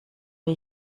wir